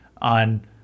on